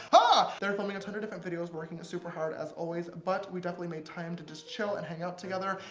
ah they were filming a ton of different videos, working super hard, as always, but we definitely made time to just chill and hang out together,